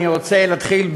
אני רוצה להתחיל,